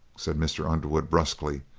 said mr. underwood, brusquely,